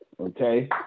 okay